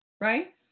Right